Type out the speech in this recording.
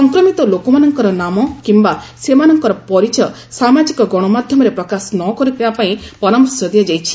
ସଂକ୍ରମିତ ଲୋକମାନଙ୍କର ନାମ କିମ୍ବା ସେମାନଙ୍କର ପରିଚୟ ସାମାଜିକ ଗଣମାଧ୍ୟମରେ ପ୍ରକାଶ ନ କରିବା ପାଇଁ ପରାମର୍ଶ ଦିଆଯାଇଛି